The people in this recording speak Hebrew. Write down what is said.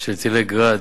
של טילי "גראד"